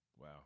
Wow